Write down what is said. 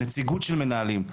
נציגות של מנהלים.